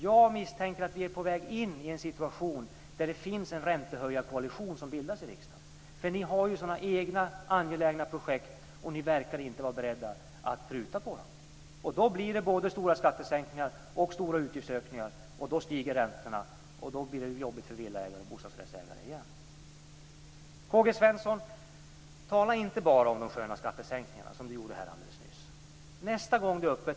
Jag misstänker att vi är på väg in i en situation där en räntehöjarkoalition bildas i riksdagen. Ni har ju egna angelägna projekt, och ni verkar inte vara beredda att pruta på dem. Då blir det både stora skattesänkningar och stora utgiftsökningar, och då stiger räntorna. Det blir jobbigt för villaägare och bostadsrättsägare igen. Tala inte bara om de sköna skattesänkningarna, K G Svenson. Han gjorde det alldeles nyss.